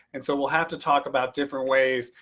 and so we'll have to talk about different ways.